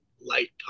light